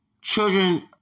children